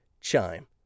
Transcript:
Chime